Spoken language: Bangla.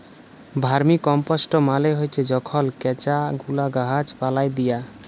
ভার্মিকম্পস্ট মালে হছে যখল কেঁচা গুলা গাহাচ পালায় দিয়া